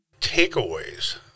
takeaways